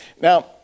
Now